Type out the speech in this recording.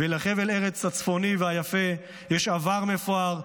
לחבל הארץ הצפוני והיפה יש עבר מפואר,